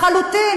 לחלוטין.